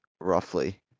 roughly